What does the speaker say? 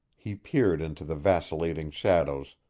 he peered into the vacillating shadows,